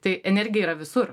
tai energija yra visur